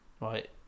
right